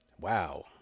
Wow